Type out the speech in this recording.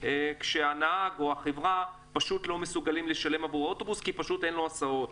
כשהנהג או החברה פשוט לא מסוגלים לשלם עבורו כי אין לו הסעות.